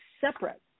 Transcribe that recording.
separate